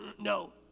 no